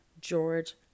George